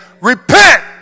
Repent